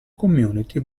community